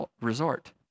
resort